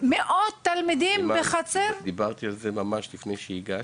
מאות תלמידים בחצרות --- דיברתי על זה לפני שהגעת.